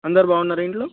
అందరూ బాగున్నారా ఇంట్లో